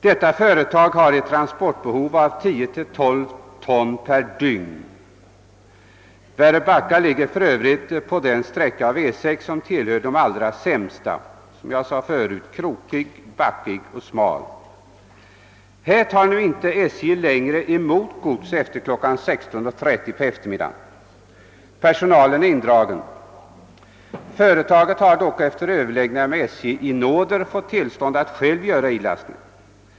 Detta företag har ett transportbehov av 10—12 ton per dygn. Väröbacka ligger för övrigt på den sträcka av E 6 som tillhör de allra sämsta. Den är, som jag sade förut, krokig, backig och smal. Här tar SJ inte längre emot gods efter kl. 16.30. Personalen är indragen. Företaget har dock efter överläggningar med SJ i nåder fått tillstånd att självt göra ilastningen.